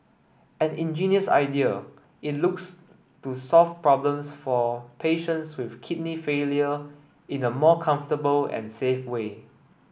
an ingenious idea it looks to solve problems for patients with kidney failure in a more comfortable and safe way